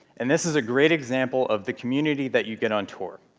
and this is a great example of the community that you get on tor.